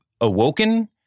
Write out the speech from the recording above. awoken